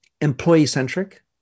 employee-centric